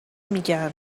میگن